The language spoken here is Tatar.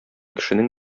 кешенең